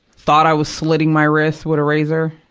thought i was slitting my wrist with a razor.